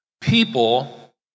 People